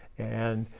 and